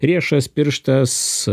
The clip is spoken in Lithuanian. riešas pirštas